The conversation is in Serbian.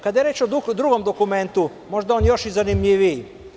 Kada je reč o drugom dokumentu, možda je on još i zanimljiviji.